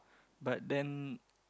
but then